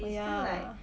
oh ya